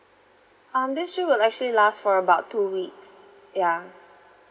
um this trip will actually last for about two weeks ya